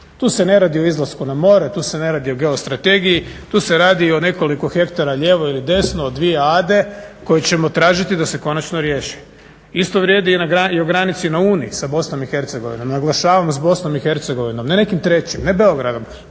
Tu se ne radi o izlasku na more, tu se ne radi o geostrategiji, tu se radi o nekoliko hektara lijevo ili desno, o dvije ade koje ćemo tražiti da se konačno riješi. Isto vrijedi i o granici na Uni sa Bosnom i Hercegovinom, naglašavam sa Bosnom i Hercegovinom ne nekim trećim, ne Beogradom,